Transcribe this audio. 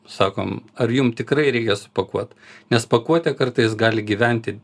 sakom ar jum tikrai reikia supakuot nes pakuotė kartais gali gyventi